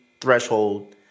threshold